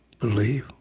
Believe